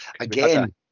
again